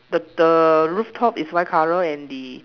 the the rooftop is white color and the